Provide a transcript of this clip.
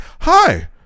hi